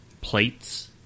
plates